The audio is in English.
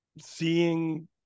seeing